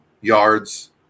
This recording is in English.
yards